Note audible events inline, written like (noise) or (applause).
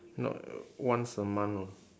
no (noise) once a month lor